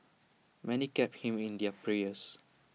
many kept him in their prayers